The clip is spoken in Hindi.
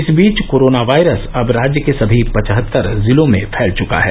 इस बीच कोरोना वायरस अब राज्य के सभी पचहत्तर जिलों में फैल चुका है